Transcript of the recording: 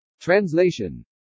Translation